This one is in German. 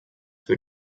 für